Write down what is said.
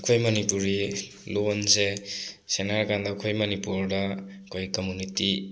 ꯑꯩꯈꯣꯏ ꯃꯅꯤꯄꯨꯔꯤ ꯂꯣꯟꯁꯦ ꯁꯦꯡꯅ ꯍꯥꯏꯔ ꯀꯥꯟꯗ ꯑꯩꯈꯣꯏ ꯃꯅꯤꯄꯨꯔꯗ ꯑꯩꯈꯣꯏ ꯀꯝꯃꯨꯅꯤꯇꯤ